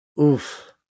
oof